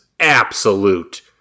absolute